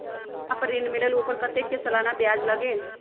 सोना पर ऋण मिलेलु ओपर कतेक के सालाना ब्याज लगे?